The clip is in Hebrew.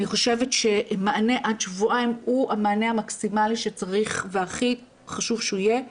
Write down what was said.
אני חושבת שמענה עד שבועיים הוא המענה המקסימלי שצריך והכי חשוב שיהיה,